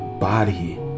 body